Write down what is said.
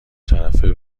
طرفه